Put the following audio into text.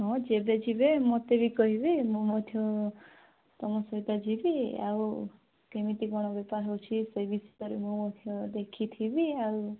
ହଁ ଯେବେ ଯିବେ ମତେ ବି କହିବେ ମୁଁ ମଧ୍ୟ ତୁମ ସହିତ ଯିବି ଆଉ କେମିତି କ'ଣ ବେପାର ହେଉଛି ସେଇ ବିଷୟରେ ମୁଁ ମଧ୍ୟ ଦେଖିଥିବି ଆଉ